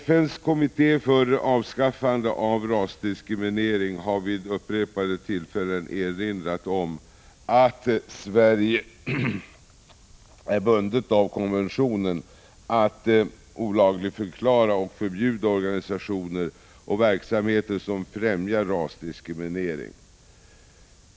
FN:s kommitté för avskaffande av rasdiskriminering har vid upprepade tillfällen erinrat om att Sverige genom konvention är bundet vid att olagligförklara och förbjuda organisationer och verksamheter som främjar rasdiskriminering.